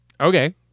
Okay